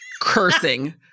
cursing